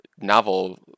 novel